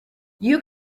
you